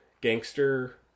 gangster